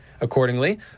Accordingly